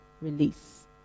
release